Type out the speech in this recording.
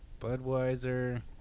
Budweiser